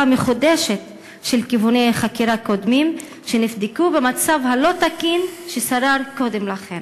מחודשת של כיווני חקירה קודמים שנבדקו במצב הלא-תקין ששרר קודם לכן?